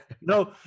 no